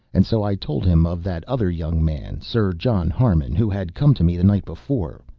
and so i told him of that other young man. sir john harmon, who had come to me the night before.